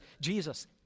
Jesus